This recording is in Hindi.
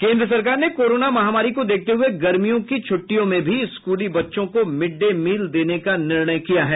केन्द्र सरकार ने कोरोना महामारी को देखते हये गर्मियों की छ्टिटयों में भी स्कूली बच्चों को मिड डे मिल देने का निर्णय किया है